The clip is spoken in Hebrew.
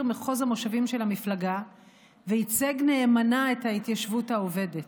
מחוז המושבים של המפלגה וייצג נאמנה את ההתיישבות העובדת,